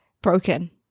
broken